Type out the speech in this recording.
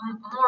More